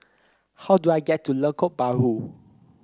how do I get to Lengkok Bahru